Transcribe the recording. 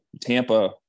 Tampa